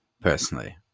personally